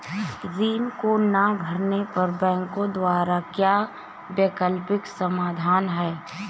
ऋण को ना भरने पर बैंकों द्वारा क्या वैकल्पिक समाधान हैं?